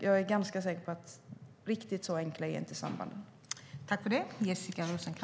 Jag är ganska säker på att sambanden inte är riktigt så enkla.